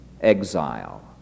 Exile